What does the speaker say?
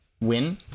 win